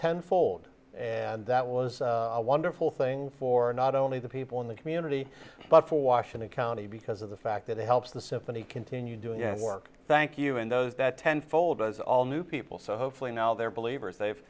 tenfold and that was a wonderful thing for not only the people in the community but for washington county because of the fact that it helps the symphony continue doing work thank you and those that tenfold was all new people so hopefully now they're believers they've